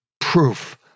proof